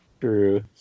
true